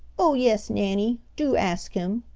oh, yes, nannie, do ask him,